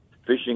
fishing